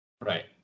Right